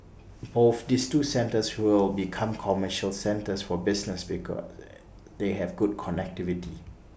both these two centres will become commercial centres for business because they they have good connectivity